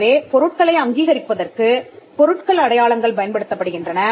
எனவே பொருட்களை அங்கீகரிப்பதற்கு பொருட்கள் அடையாளங்கள் பயன்படுத்தப்படுகின்றன